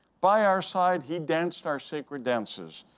by our side, he danced our sacred dances,